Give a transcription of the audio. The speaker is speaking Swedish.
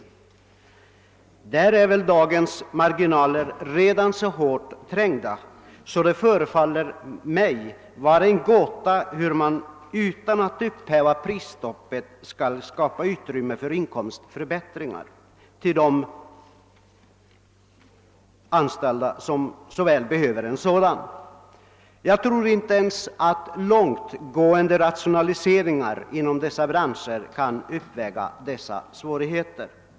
Dessa branscher är väl redan i dag så hårt trängda när det gäller marginalerna att det förefaller mig vara en gåta, hur de utan att prisstoppet upphävs skall kunna få utrymme för inkomstförbättringar till de anställda som så väl behöver sådana. Jag tror inte ens att långtgående rationaliseringar inom dessa branscher kan upphäva de svårigheterna.